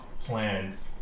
plans